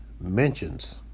mentions